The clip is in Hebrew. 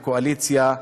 הקואליציה,